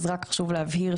רק חשוב להבהיר,